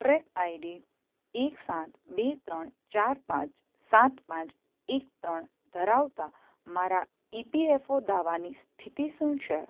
track ID એક સાત બે ત્રણ ચાર પાંચ સાત પાંચ એક ત્રણ ધરાવતા મારા ઇપીએફઓ દાવાની સ્થિતિ શું છે